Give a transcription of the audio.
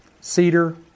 cedar